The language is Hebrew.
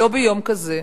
לא ביום כזה,